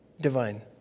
divine